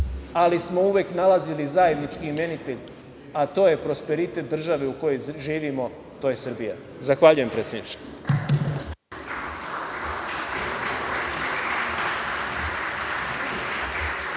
uvek smo nalazili zajednički imenitelj, a to je prosperitet države u kojoj živimo, to je Srbija. Zahvaljujem predsedniče.